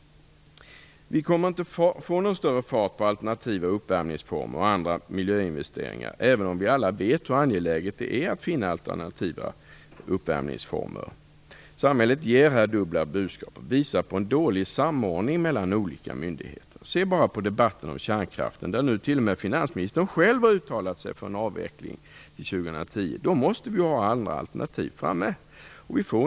Vi kommer inte att få någon större fart på alternativa uppvärmningsformer och andra miljöinvesteringar, även om vi alla vet hur angeläget det är att finna alternativa uppvärmningsformer. Samhället ger här dubbla budskap och visar på en dålig samordning mellan olika myndigheter. Se bara på debatten om kärnkraften, där nu t.o.m. finansministern själv har uttalat sig för en avveckling till 2010. Då måste vi ju ha andra alternativ framme.